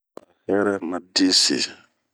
A hɛra ma dii si.